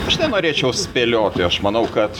aš nenorėčiau spėlioti aš manau kad